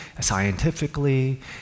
scientifically